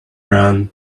around